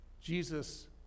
Jesus